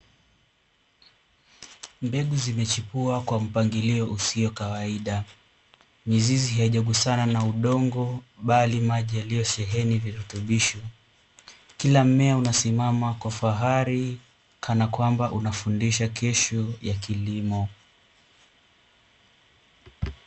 Mbegu zimechipuka kwa mpangilio usio wa kawaida, mizizi haijagusana na udongo, bali maji yaliyosheheni virutubisho, kila mmea unasimama kwa fahari kanakwamba unafundisha kesho ya kilimo.